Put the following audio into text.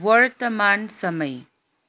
वर्तमान समय